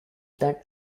that